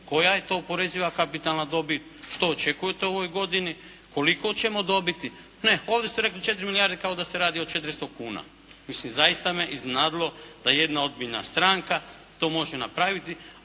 koja je to oporeziva kapitalna dobit. Što očekujete u ovoj godini? Koliko ćemo dobiti? Ne ovdje ste rekli 4 milijarde kao da se radi o 400 kuna. Mislim zaista me iznenadilo da jedna ozbiljna stranka to može napraviti.